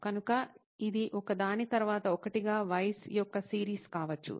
కనుక ఇది ఒకదాని తరువాత ఒకటిగా వైస్y's యొక్క సిరీస్ కావచ్చు